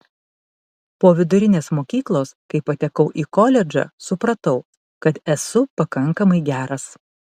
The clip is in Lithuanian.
po vidurinės mokyklos kai patekau į koledžą supratau kad esu pakankamai geras